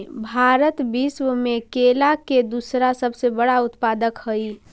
भारत विश्व में केला के दूसरा सबसे बड़ा उत्पादक हई